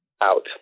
out